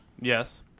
Yes